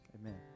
Amen